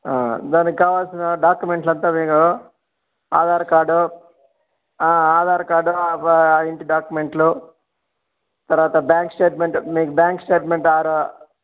దానికి కావాల్సిన డాక్యుమెంట్స్ అంతా మీరు ఆధార్ కార్డు ఆధార్ కార్డు ఇంటి డాక్యూమెంట్లు తర్వాత బ్యాంక్ స్టేట్మెంట్ మీ బ్యాంక్ స్టేటుమెంట్ ఆరు